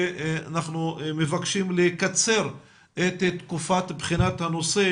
ואנחנו מבקשים לקצר את תקופת בחינת הנושא